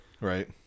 right